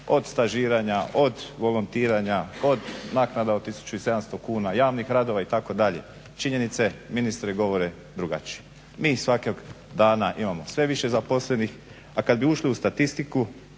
od stažiranja, od volontiranja, od naknada od 1700 kuna, javnih radova itd. Činjenice ministre govore drugačije. Mi svakog dana imamo sve više zaposlenih, a kad bi ušli u statistiku